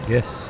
Yes